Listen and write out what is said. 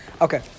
Okay